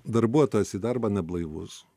darbuotojas į darbą neblaivus